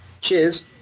Cheers